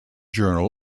journal